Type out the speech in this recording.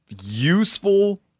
Useful